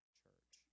church